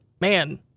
man